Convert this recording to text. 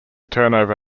turnover